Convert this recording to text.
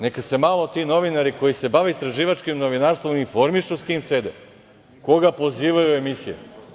Neka se malo ti novinari koji se bave istraživačkim novinarstvom informišu sa kim sede, koga pozivaju u emisije.